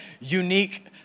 unique